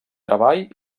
treball